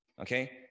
okay